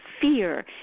fear